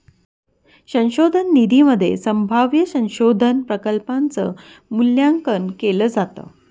संशोधन निधीमध्ये संभाव्य संशोधन प्रकल्पांच मूल्यांकन केलं जातं